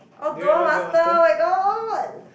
oh Duel-Master my god